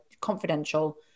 confidential